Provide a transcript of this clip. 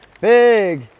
Big